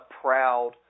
proud